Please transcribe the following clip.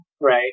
right